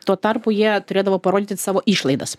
tuo tarpu jie turėdavo parodyti savo išlaidas